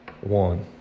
One